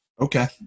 Okay